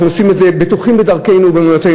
אנחנו עושים את זה בטוחים בדרכנו ובאמונתנו.